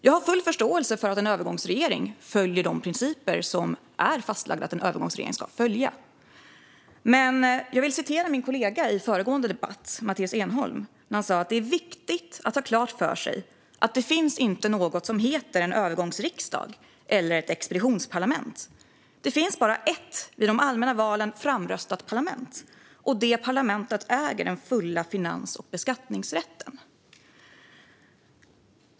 Jag har full förståelse för att en övergångsregering följer de fastlagda principer som en övergångsregering ska följa. Jag vill dock ta upp vad min kollega Matheus Enholm sa i den föregående debatten, nämligen att det är viktigt att ha klart för sig att det inte finns något som heter en övergångsriksdag eller ett expeditionsparlament. Det finns bara ett vid de allmänna valen framröstat parlament, och detta parlament äger den fulla finans och beskattningsrätten.